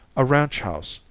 a ranch house,